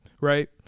right